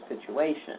situation